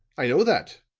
i know that,